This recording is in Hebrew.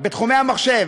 בתחומי המחשב,